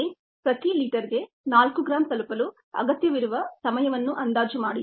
a ಪ್ರತಿ ಲೀಟರ್ಗೆ 4 gram ತಲುಪಲು ಅಗತ್ಯವಿರುವ ಸಮಯವನ್ನು ಅಂದಾಜು ಮಾಡಿ